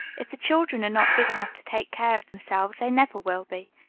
if the children are not big enough to take care of themselves, they never will be.